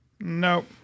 Nope